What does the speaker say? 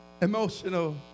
Emotional